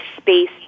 space